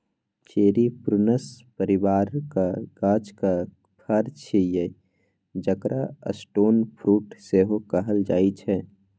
cherry prunus परिबारक गाछक फर छियै जकरा स्टोन फ्रुट सेहो कहल जाइ छै